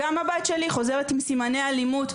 גם הבת שלי חוזרת הביתה עם סימני אלימות,